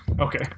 Okay